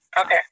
okay